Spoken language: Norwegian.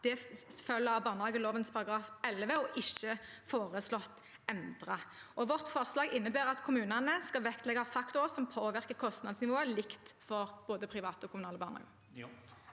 Det følger av barnehageloven § 11 og er ikke foreslått endret. Vårt forslag innebærer at kommunene skal vektlegge faktorer som påvirker kostnadsnivået likt for både private og kommunale barnehager.